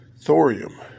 thorium